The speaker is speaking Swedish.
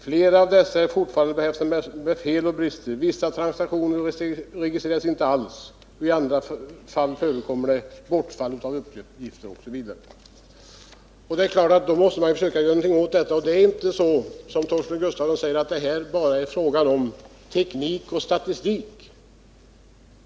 Flera av dessa är fortfarande behäftade med fel och brister. Vissa transaktioner registreras inte alls. I andra fall förekommer ett varierande bortfall vid uppgifternas insamling.” Det är klart att man måste göra något åt detta. Det är här. som Torsten Gustafsson säger, inte bara fråga om teknik och statistik.